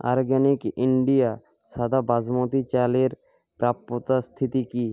organic India সাদা বাসমতি চালের প্রাপ্যতা স্থিতি কি